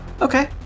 Okay